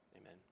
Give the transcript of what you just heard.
Amen